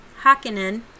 Hakkinen